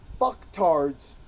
fucktards